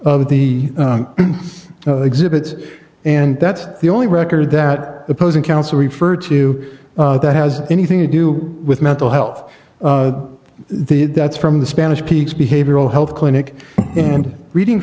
one of the exhibits and that's the only record that opposing counsel referred to that has anything to do with mental health the that's from the spanish peaks behavioral health clinic and reading